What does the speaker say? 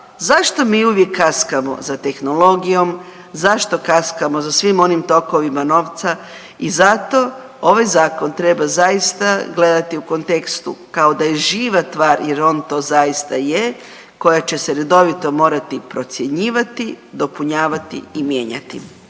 zašto mi uvijek kaskamo za tehnologijom? Zašto kaskamo za svim onim tokovima novca? I zato ovaj Zakon treba zaista gledati u kontekstu kao da je živa tvar jer on to zaista i je, koja će se redoviti morati procjenjivati, dopunjavati i mijenjati.